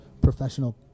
professional